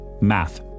math